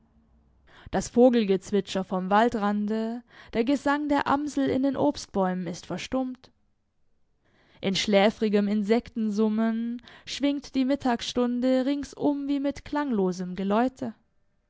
das vogelgezwitscher vom waldrande der gesang der amsel in den obstbäumen ist verstummt in schläfrigem insektensummen schwingt die mittagsstunde ringsum wie mit klanglosem geläute